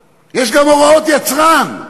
דרך-ארץ, יש גם הוראות יצרן.